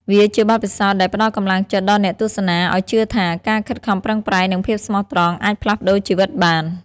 វាជាបទពិសោធដែលផ្ដល់កម្លាំងចិត្តដល់អ្នកទស្សនាឱ្យជឿថា ការខិតខំប្រឹងប្រែង និងភាពស្មោះត្រង់អាចផ្លាស់ប្ដូរជីវិតបាន។